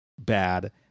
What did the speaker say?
bad